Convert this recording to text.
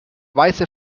weiße